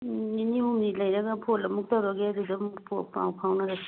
ꯅꯨꯃꯤꯠ ꯅꯤꯅꯤ ꯍꯨꯝꯅꯤ ꯂꯩꯔꯒ ꯐꯣꯟ ꯑꯃꯨꯛ ꯇꯧꯔꯒꯦ ꯑꯗꯨꯗ ꯑꯃꯨꯛ ꯄꯥꯎ ꯐꯥꯎꯅꯔꯁꯤ